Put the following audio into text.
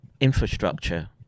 infrastructure